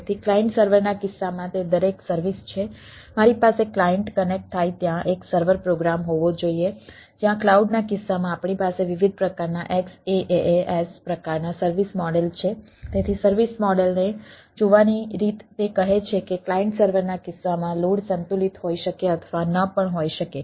તેથી ક્લાયન્ટ સર્વરના કિસ્સામાં તે દરેક સર્વિસ છે મારી પાસે ક્લાયન્ટ કનેક્ટ થાય ત્યાં એક સર્વર પ્રોગ્રામ સંતુલિત હોઈ શકે અથવા ન પણ હોઈ શકે